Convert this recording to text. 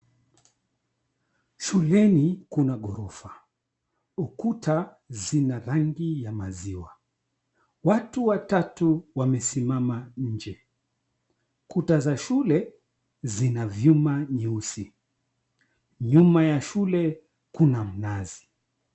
Shuleni kuna ghorofa, ukuta zina rangi ya maziwa, watu watatu wamesimama nje, kuta za shule zina vyuma nyeusi nyuma ya shule kuna mnazi.